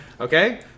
Okay